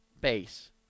base